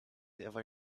ever